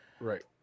right